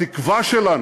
התקווה שלנו,